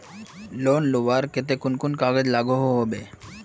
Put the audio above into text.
Loan लुबार केते कुन कुन कागज लागोहो होबे?